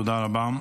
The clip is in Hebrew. תודה רבה.